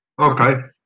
okay